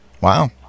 Wow